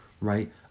right